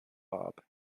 bob